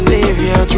Savior